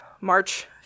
March